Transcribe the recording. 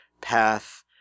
path